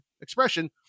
expression